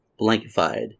blankified